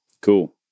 Cool